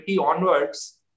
onwards